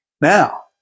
Now